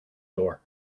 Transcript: door